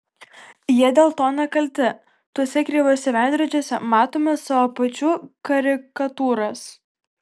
jie dėl to nekalti tuose kreivuose veidrodžiuose matome savo pačių karikatūras